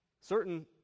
Certain